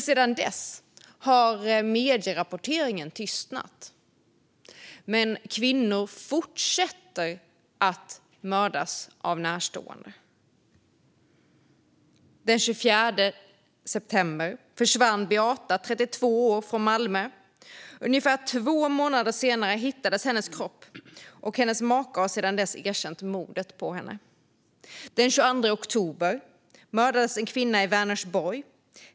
Sedan dess har medierapporteringen tystnat, men kvinnor fortsätter att mördas av närstående. Den 24 september försvann Beata, 32 år, från Malmö. Ungefär två månader senare hittades hennes kropp, och hennes make har sedan dess erkänt mordet på henne. Den 22 oktober mördades en kvinna i Vänersborg.